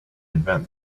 invent